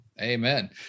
Amen